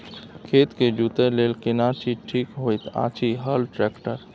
खेत के जोतय लेल केना चीज ठीक होयत अछि, हल, ट्रैक्टर?